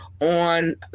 on